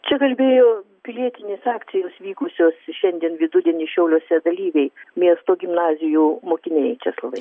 čia kalbėjo pilietinės akcijos vykusios šiandien vidudienį šiauliuose dalyviai miesto gimnazijų mokiniai česlovai